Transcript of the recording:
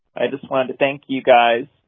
i just wanted to thank you guys.